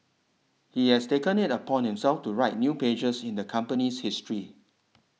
he has taken it upon himself to write new pages in the company's history